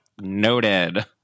Noted